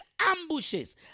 ambushes